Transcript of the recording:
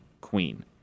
Queen